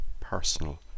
personal